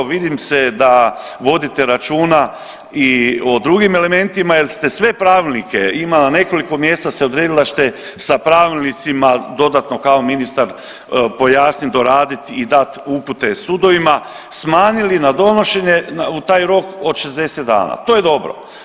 Vidi se da vodite računa i o drugim elementima jer ste sve pravilnike, ima na nekoliko mjesta ste odredili da ćete sa pravilnicima dodatno kao ministar pojasnit, doradit i dat upute sudovi, smanjili na donošenje taj rok od 60 dana, to je dobro.